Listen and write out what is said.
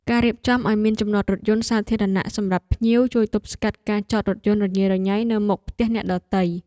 ការរៀបចំឱ្យមានចំណតរថយន្តសាធារណៈសម្រាប់ភ្ញៀវជួយទប់ស្កាត់ការចតរថយន្តរញ៉េរញ៉ៃនៅមុខផ្ទះអ្នកដទៃ។